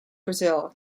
brazil